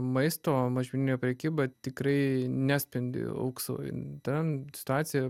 maisto mažmeninė prekyba tikrai nespindi auksu ten situacija